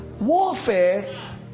Warfare